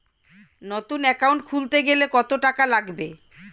নতুন একাউন্ট খুলতে গেলে কত টাকা লাগবে?